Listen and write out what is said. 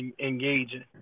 engaging